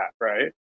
right